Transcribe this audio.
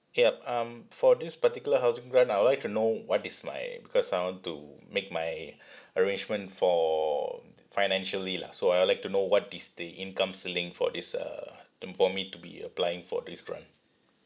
yup um for this particular housing grant I would like to know what is my because I want to make my arrangement for um financially lah so I would like to know what is the income ceiling for this uh and for me to be applying for this grant